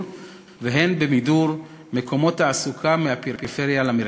והן בהעברת מקומות תעסוקה מהפריפריה למרכז.